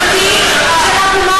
אך ורק,